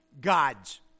God's